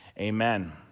amen